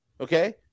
Okay